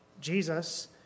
Jesus